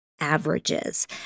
averages